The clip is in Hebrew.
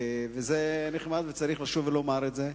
זה נחמד, וצריך לשוב ולומר את זה.